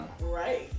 right